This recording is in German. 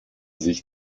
sich